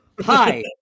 Hi